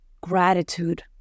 gratitude